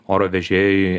oro vežėjui